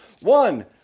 One